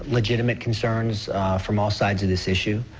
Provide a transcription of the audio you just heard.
legitimate concerns from all sides of this issue.